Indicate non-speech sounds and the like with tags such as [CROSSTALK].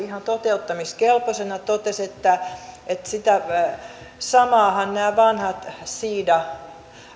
[UNINTELLIGIBLE] ihan toteuttamiskelpoisena totesivat että sitä samaahan nämä vanhat siidat